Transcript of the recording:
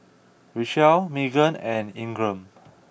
Richelle Meaghan and Ingram